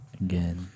Again